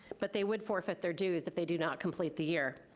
but they would forfeit their dues if they do not complete the year.